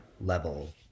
level